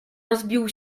rozbił